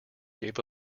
gave